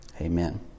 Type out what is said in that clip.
Amen